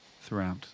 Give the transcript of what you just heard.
throughout